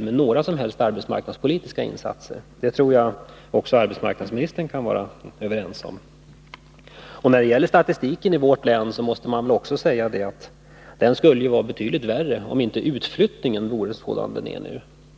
några som helst arbetsmarknadspolitiska insatser skall räcka till. Det tror jag också arbetsmarknadsministern kan vara överens med mig om. När det gäller statistiken i vårt län måste man också säga att den skulle vara betydligt värre, om inte utflyttningen vore sådan som den är nu.